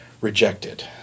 rejected